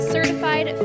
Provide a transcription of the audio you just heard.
Certified